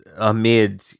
amid